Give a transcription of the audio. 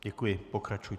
Děkuji, pokračujte.